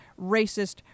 racist